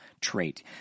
trait